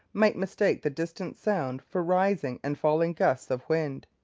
might mistake the distant sound for rising and falling gusts of wind.